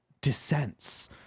dissents